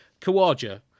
Kawaja